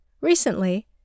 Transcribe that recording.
Recently